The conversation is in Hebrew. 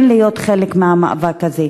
כן להיות חלק מהמאבק הזה,